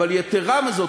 יתרה מזו,